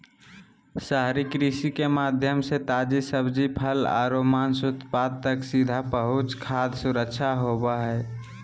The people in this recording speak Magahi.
शहरी कृषि के माध्यम से ताजी सब्जि, फल आरो मांस उत्पाद तक सीधा पहुंच खाद्य सुरक्षा होव हई